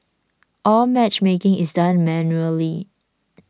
all matchmaking is done manually